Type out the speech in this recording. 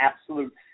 absolute